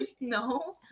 No